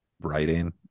writing